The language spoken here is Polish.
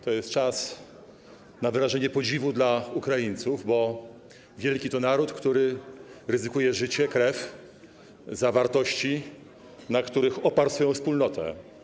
To jest czas na wyrażenie podziwu dla Ukraińców, bo wielki to naród, który ryzykuje życie, krew za wartości, na których oparł swoją wspólnotę.